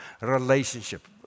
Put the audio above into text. relationship